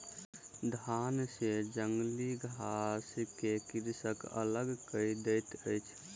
धान सॅ जंगली घास के कृषक अलग कय दैत अछि